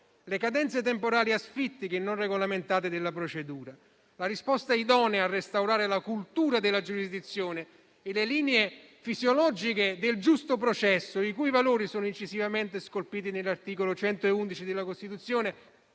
le cadenze temporali asfittiche e non regolamentate della procedura. La risposta idonea a restaurare la cultura della giurisdizione e le linee fisiologiche del giusto processo, i cui valori sono incisivamente scolpiti nell'articolo 111 della Costituzione,